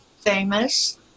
famous